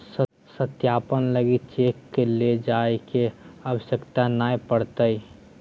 सत्यापन लगी चेक के ले जाय के आवश्यकता नय पड़तय